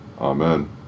Amen